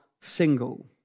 single